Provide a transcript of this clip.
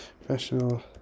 Professional